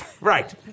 Right